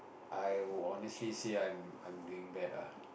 I would honestly say I'm I'm doing bad ah